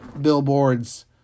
Billboard's